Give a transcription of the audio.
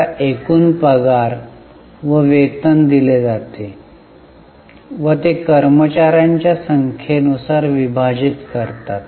आता एकूण पगार व वेतन दिले जाते व ते कर्मचार्यांच्या संख्येनुसार विभाजित करतात